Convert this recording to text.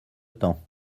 temps